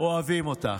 אוהבים אותך.